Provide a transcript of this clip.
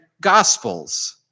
gospels